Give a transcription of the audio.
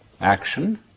action